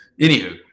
anywho